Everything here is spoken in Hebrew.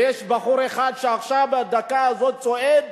ויש בחור אחד שעכשיו, בדקה הזו, צועד,